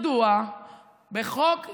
מדוע החוק הזה,